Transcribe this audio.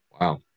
Wow